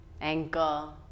ankle